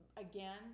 again